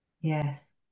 yes